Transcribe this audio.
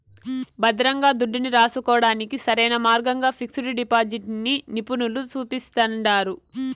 భద్రంగా దుడ్డుని రాసుకోడానికి సరైన మార్గంగా పిక్సు డిపాజిటిని నిపునులు సూపిస్తండారు